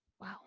Wow